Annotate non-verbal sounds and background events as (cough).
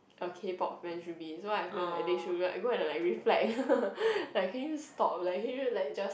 a K-Pop fan should be so I feel like they should like go and like reflect (laughs) like can you stop like can you like just